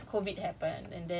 ya maintain or don't drop